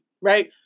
right